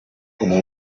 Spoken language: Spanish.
como